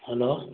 hello